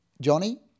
Johnny